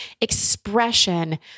expression